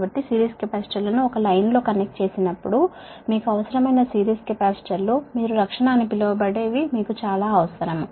కాబట్టి సిరీస్ కెపాసిటర్లను ఒక లైన్ లో కనెక్ట్ చేసినప్పుడు మీరు రక్షణ అని పిలవబడే సిరీస్ కెపాసిటర్లు మీకు చాలా అవసరం